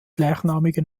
gleichnamige